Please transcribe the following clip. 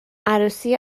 عروسی